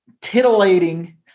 titillating